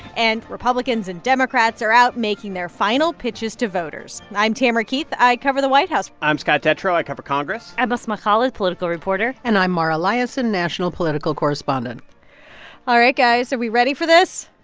and republicans and democrats are out making their final pitches to voters. i'm tamara keith. i cover the white house i'm scott detrow. i cover congress i'm asma khalid, political reporter and i'm mara liasson, national political correspondent all right, guys, are we ready for this?